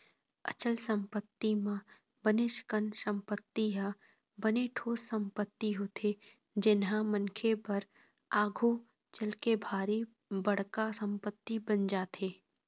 अचल संपत्ति म बनेच कन संपत्ति ह बने ठोस संपत्ति होथे जेनहा मनखे बर आघु चलके भारी बड़का संपत्ति बन जाथे